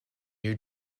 new